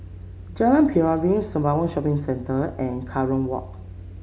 Jalan Piring Sembawang Shopping Centre and Kerong Walk